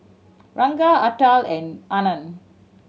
Ranga Atal and Anand